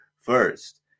first